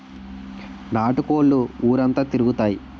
నాటు కోళ్లు ఊరంతా తిరుగుతాయి